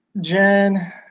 Jen